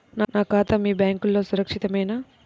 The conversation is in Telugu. నా ఖాతా మీ బ్యాంక్లో సురక్షితమేనా?